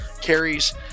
carries